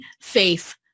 faith